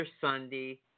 Sunday